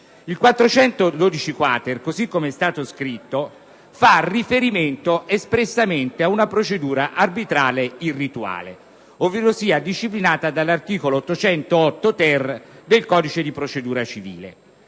412-*quater*, così come scritto, fa riferimento espressamente ad una procedura arbitrale irrituale, ovverosia disciplinata dell'articolo 808*‑ter* del codice di procedura civile.